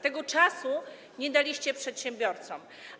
Tego czasu nie daliście przedsiębiorcom.